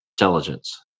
intelligence